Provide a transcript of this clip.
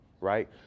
right